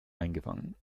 eingefangen